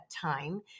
time